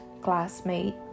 classmate